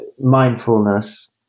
mindfulness